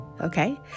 Okay